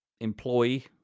employee